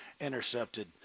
intercepted